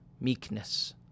meekness